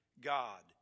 God